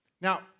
Now